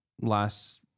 last